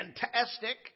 fantastic